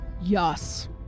Yes